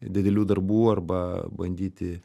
didelių darbų arba bandyti